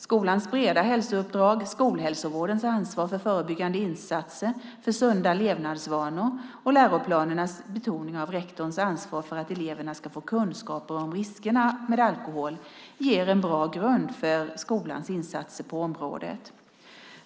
Skolans breda hälsouppdrag, skolhälsovårdens ansvar för förebyggande insatser för sunda levnadsvanor och läroplanernas betoning av rektorns ansvar för att eleverna ska få kunskaper om riskerna med alkohol ger en bra grund för skolans insatser på området.